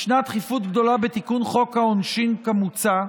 ישנה דחיפות גדולה בתיקון חוק העונשין כמוצע,